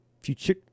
Future